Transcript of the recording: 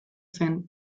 zen